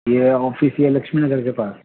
یہ آفس ہے لکشمی نگر کے پاس